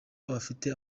afite